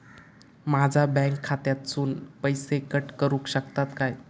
माझ्या बँक खात्यासून पैसे कट करुक शकतात काय?